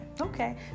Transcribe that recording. Okay